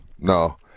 no